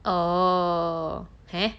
oh !huh!